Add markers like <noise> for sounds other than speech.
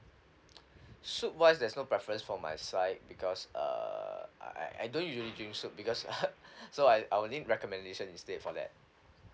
soup wise there's no preference for my side because err I I I don't usually drink soup because <laughs> so I I will need recommendation instead for that